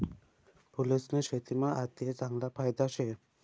फूलेस्नी शेतीमा आते चांगला फायदा शे